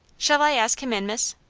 shall i ask him in, miss?